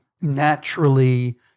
naturally